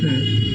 হুম